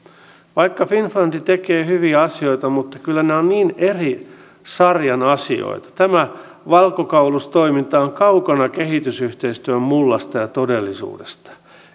vaikka finnfund tekee hyviä asioita kyllä nämä ovat niin eri sarjan asioita tämä valkokaulustoiminta on kaukana kehitysyhteistyön mullasta ja todellisuudesta